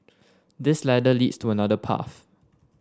this ladder leads to another path